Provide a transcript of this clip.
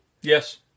Yes